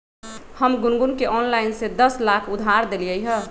हम गुनगुण के ऑनलाइन से दस लाख उधार देलिअई ह